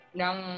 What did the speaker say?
ng